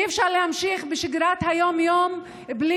אי-אפשר להמשיך בשגרת היום-יום בלי